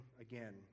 again